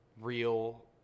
real